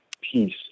peace